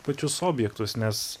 pačius objektus nes